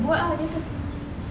buat ah